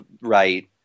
right